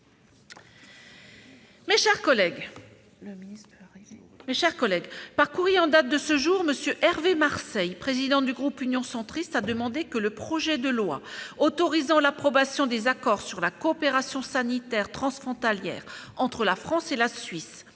Mes chers collègues, par courrier en date de ce jour, M. Hervé Marseille, président du groupe Union Centriste, a demandé que le projet de loi autorisant l'approbation des accords sur la coopération sanitaire transfrontalière entre la France et la Suisse,